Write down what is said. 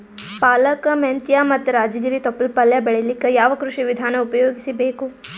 ಪಾಲಕ, ಮೆಂತ್ಯ ಮತ್ತ ರಾಜಗಿರಿ ತೊಪ್ಲ ಪಲ್ಯ ಬೆಳಿಲಿಕ ಯಾವ ಕೃಷಿ ವಿಧಾನ ಉಪಯೋಗಿಸಿ ಬೇಕು?